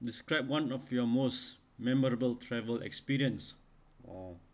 describe one of your most memorable travel experience oh